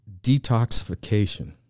Detoxification